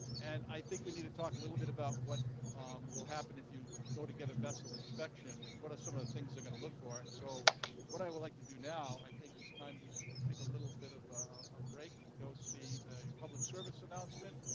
and i think we need to talk a little bit about what will happen if you go to get a vessel inspection. what are some of the things they're going to look for? so what i would like to do now, i think it's time but we take a little bit of a break and go see a public service announcement.